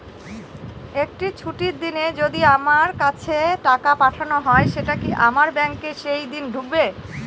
একটি ছুটির দিনে যদি আমার কাছে টাকা পাঠানো হয় সেটা কি আমার ব্যাংকে সেইদিন ঢুকবে?